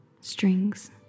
strings